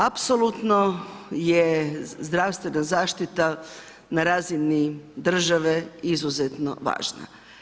Apsolutno je zdravstvena zaštita na razini države izuzetno važna.